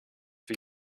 wir